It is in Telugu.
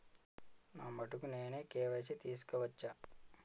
నా మటుకు నేనే కే.వై.సీ చేసుకోవచ్చా?